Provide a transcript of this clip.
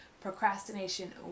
procrastination